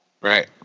Right